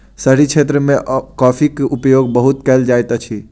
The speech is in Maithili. शहरी क्षेत्र मे कॉफ़ीक उपयोग बहुत कयल जाइत अछि